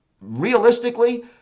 realistically